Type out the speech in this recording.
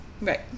Right